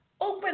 open